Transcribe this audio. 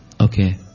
Okay